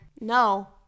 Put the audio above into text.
No